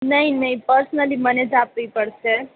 નહીં નહીં પર્સનલી મને જ આપવી પડશે